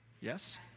Yes